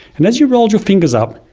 and as you rolled your fingers up,